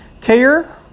care